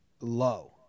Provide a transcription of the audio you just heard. low